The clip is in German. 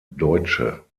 deutsche